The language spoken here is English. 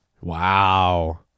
Wow